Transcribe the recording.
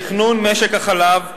תכנון משק החלב,